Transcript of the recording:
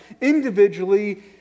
individually